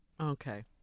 Okay